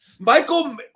Michael